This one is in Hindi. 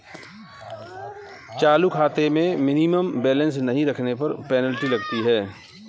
चालू खाते में मिनिमम बैलेंस नहीं रखने पर पेनल्टी लगती है